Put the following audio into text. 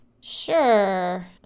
Sure